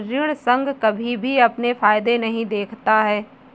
ऋण संघ कभी भी अपने फायदे नहीं देखता है